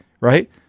right